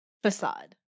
Facade